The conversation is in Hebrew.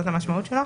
זאת המשמעות שלו.